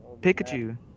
Pikachu